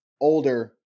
older